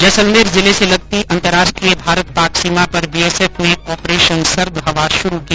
जैसलमेर जिले से लगती अंतर्राष्ट्रीय भारत पाक सीमा पर बीएसएफ ने ऑपरेशन सर्द हवा शुरू किया